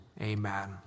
Amen